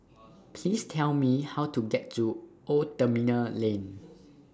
Please Tell Me How to get to Old Terminal Lane